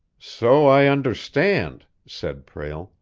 so i understand, said prale.